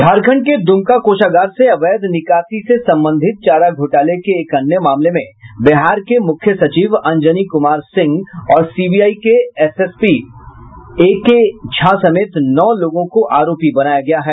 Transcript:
झारखंड के द्मका कोषागार से अवैध निकासी से संबंधित चारा घोटाले के एक अन्य मामले में बिहार के मुख्य सचिव अंजनी कुमार सिंह और सीबीआई के एएसपी ए के झा समेत नौ लोगों को आरोपी बनाया गया है